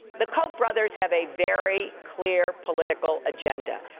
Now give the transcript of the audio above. the koch brothers have a very clear political agenda.